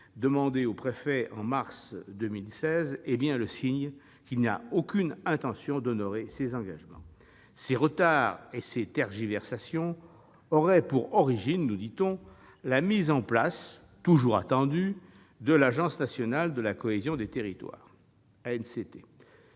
demandée au préfet au mois de mars 2016, est bien le signe que le Gouvernement n'a aucune intention d'honorer ses engagements. Ces retards et ces tergiversations auraient pour origine, nous dit-on, la mise en place, toujours attendue, de l'Agence nationale de la cohésion des territoires (ANCT),